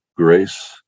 grace